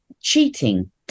cheating